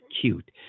cute